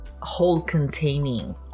whole-containing